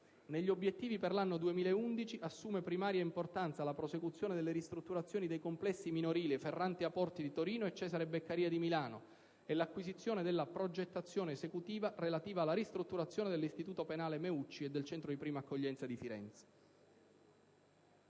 Negli obiettivi per l'anno 2011, assume primaria importanza la prosecuzione delle ristrutturazioni dei complessi minorili Ferrante Aporti di Torino e Cesare Beccaria di Milano e l'acquisizione della progettazione esecutiva relativa alla ristrutturazione dell'istituto penale Meucci e del centro di prima accoglienza di Firenze.